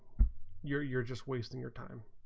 you're you're just wasting your time